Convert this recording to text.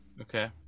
okay